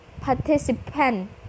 participant